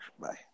Bye